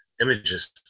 images